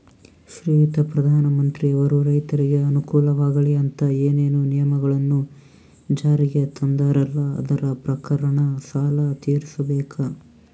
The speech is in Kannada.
ಶ್ರೀಯುತ ಪ್ರಧಾನಮಂತ್ರಿಯವರು ರೈತರಿಗೆ ಅನುಕೂಲವಾಗಲಿ ಅಂತ ಏನೇನು ನಿಯಮಗಳನ್ನು ಜಾರಿಗೆ ತಂದಾರಲ್ಲ ಅದರ ಪ್ರಕಾರನ ಸಾಲ ತೀರಿಸಬೇಕಾ?